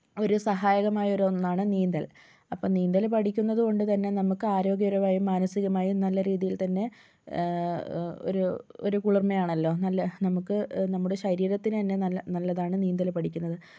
ഒരു സഹായകമായ ഒരു ഒന്നാണ് നീന്തൽ അപ്പോൾ നീന്തല് പഠിക്കുന്നത് കൊണ്ട് തന്നെ നമുക്ക് ആരോഗ്യപരമായും മാനസികമായും നല്ല രീതിയിൽ തന്നെ ഒരു ഒരു കുളിർമയാണല്ലോ നല്ല നമുക്ക് നമ്മുടെ ശരീരത്തിന് തന്നെ നല്ല നല്ലതാണ് നീന്തല് പഠിക്കുന്നത്